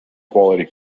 quality